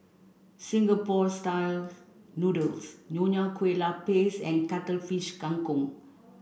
Singapore style noodles Nonya Kueh Lapis and Cuttlefish Kang Kong